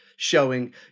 Showing